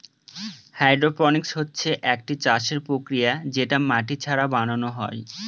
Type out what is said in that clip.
hydroponics হচ্ছে একটি চাষের প্রক্রিয়া যেটা মাটি ছাড়া বানানো হয়